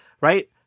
right